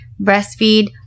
breastfeed